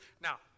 Now